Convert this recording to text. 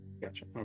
Gotcha